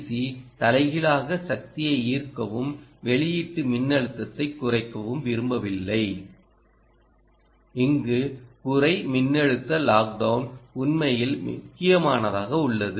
C தலைகீழாக சக்தியை ஈர்க்கவும் வெளியீட்டு மின்னழுத்தத்தை குறைக்கவும் விரும்பவில்லை இங்கு குறை மின்னழுத்த லாக் டவுன் உண்மையில் முக்கியமானதாக உள்ளது